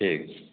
ठीक छै